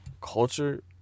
culture